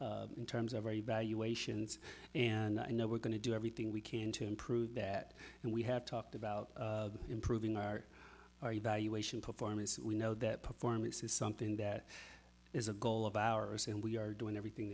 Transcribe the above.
in terms of our evaluations and i know we're going to do everything we can to improve that and we have talked about improving our our evaluation performance we know that performance is something that is a goal of ours and we are doing everything